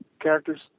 characters